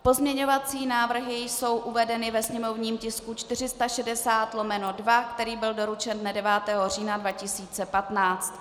Pozměňovací návrhy jsou uvedeny ve sněmovním tisku 460/2, který byl doručen dne 9. října 2015.